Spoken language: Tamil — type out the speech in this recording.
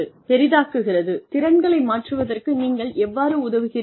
பெரிதாக்குகிறது திறன்களை மாற்றுவதற்கு நீங்கள் எவ்வாறு உதவுகிறீர்கள்